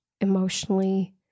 emotionally